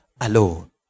alone